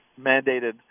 mandated